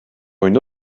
une